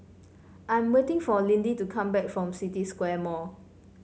I am waiting for Lindy to come back from City Square Mall